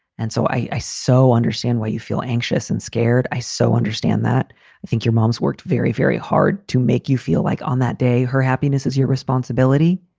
and so i so understand why you feel anxious and scared. i so understand that i think your mom's worked very, very hard to make you feel like on that day her happiness is your responsibility.